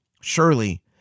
surely